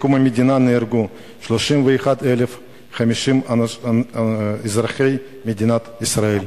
מקום המדינה נהרגו 31,050 אזרחי מדינת ישראל.